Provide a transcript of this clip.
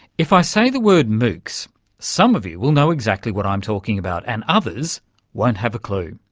if i say the word moocs some of you will know exactly what i'm talking about, and others won't have a clue.